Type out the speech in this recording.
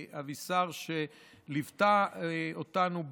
אבישר, שליוותה אותנו בחקיקה,